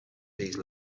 these